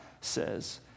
says